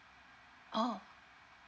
oh